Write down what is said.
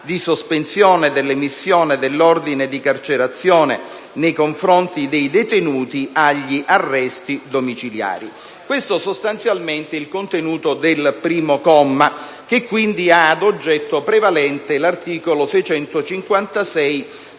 di sospensione dell'emissione dell'ordine di carcerazione nei confronti dei detenuti agli arresti ai domiciliari. Questo sostanzialmente è il contenuto del comma 1 dell'articolo 1, che quindi ha ad oggetto prevalente l'articolo 656 del